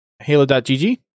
Halo.gg